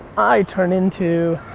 i turn into